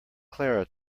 clara